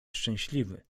szczęśliwy